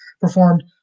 performed